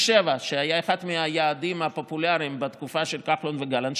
שהייתה אחת מהיעדים הפופולריים בתקופה של כחלון וגלנט,